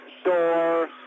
Door